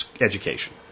education